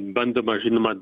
bandoma žinoma